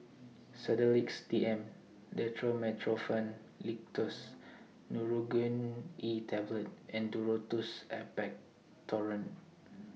Sedilix D M Dextromethorphan Linctus Nurogen E Tablet and Duro Tuss Expectorant